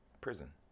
prison